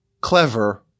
clever